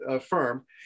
firm